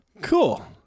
Cool